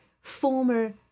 former